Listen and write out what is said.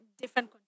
different